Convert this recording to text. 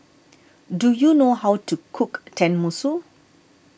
do you know how to cook Tenmusu